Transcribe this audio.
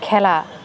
খেলা